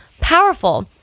powerful